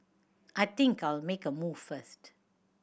I think I'll make a move first